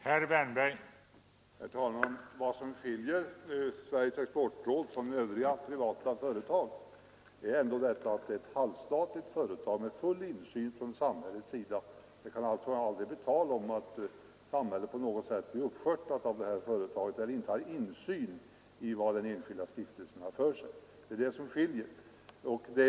Herr talman! Vad som skiljer Sveriges exportråd från övriga privata företag är att det är ett halvstatligt företag med full insyn från samhällets sida. Det kan alltså aldrig bli tal om att samhället på något sätt blir uppskörtat av det företaget på grund av att samhället inte har insyn i vad den enskilda stiftelsen har för sig. Det är detta som är skillnaden.